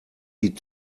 die